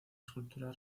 escultura